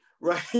right